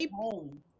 home